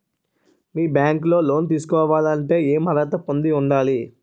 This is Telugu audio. మీ బ్యాంక్ లో లోన్ తీసుకోవాలంటే ఎం అర్హత పొంది ఉండాలి?